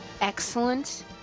excellent